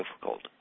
difficult